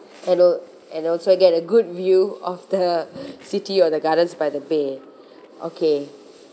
and al~ and also I get a good view of the city or the gardens by the bay okay